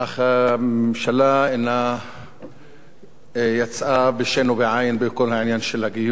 הממשלה יצאה בשן ועין בכל העניין של הגיוס,